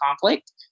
conflict